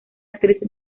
actriz